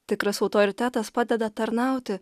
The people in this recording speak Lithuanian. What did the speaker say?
tikras autoritetas padeda tarnauti